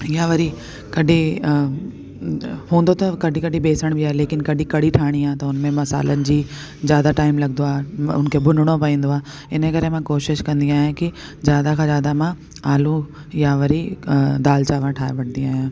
या वरी कॾहिं हूंदो त कॾहिं कॾहिं बेसण बि आहे लेकिन कॾहिं कड़ी ठाहीणी त हुन में मसालन जी ज़्यादा टाइम लॻंदो आहे उनखे भुञिणो पवंदो आहे हिन करे मां कोशिश कंदी आहियां कि ज़्यादा खां ज़्यादा मां आलू या वरी दाल चांवर ठाहे वठंदी आहियां